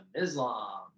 islam